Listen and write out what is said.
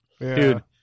Dude